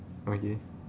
okay